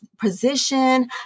position